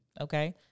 okay